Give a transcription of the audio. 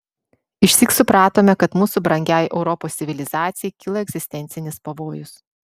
išsyk supratome kad mūsų brangiai europos civilizacijai kyla egzistencinis pavojus